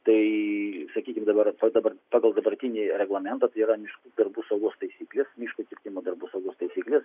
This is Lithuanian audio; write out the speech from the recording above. tai sakykim dabar dabar pagal dabartinį reglamentą tai yra miškų darbų saugos taisyklės miško kirtimo darbų saugos taisyklės